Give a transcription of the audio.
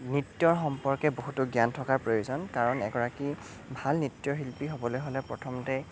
নৃত্যৰ সম্পৰ্কে বহুতো জ্ঞান থকাৰ প্ৰয়োজন কাৰণ এগৰাকী ভাল নৃত্যশিল্পী হ'বলৈ হ'লে প্ৰথমতে